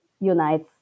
unites